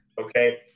okay